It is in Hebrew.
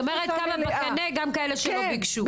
זאת אומרת יש עוד כמה בקנה שעוד לא בקשו.